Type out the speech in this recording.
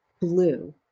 blue